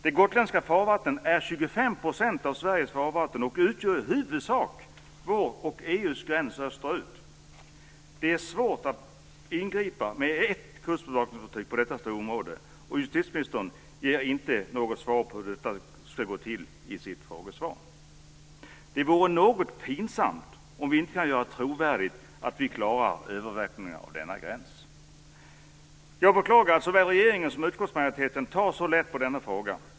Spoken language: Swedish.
De gotländska farvattnen utgör 25 % av Sveriges farvatten och är vår och EU:s huvudsakliga gräns österut. Det är svårt att ingripa med endast ett kustbevakningsfartyg på detta stora område. Justitieministern ger inte någon lösning på hur det ska gå till i sitt frågesvar. Det vore pinsamt om vi inte kan göra trovärdigt att vi klarar övervakningen av denna gräns. Jag beklagar att såväl regeringen som utskottsmajoriteten tar så lätt på denna fråga.